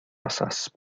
razas